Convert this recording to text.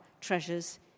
treasures